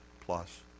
plus